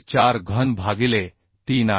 4घन भागिले 3 आहे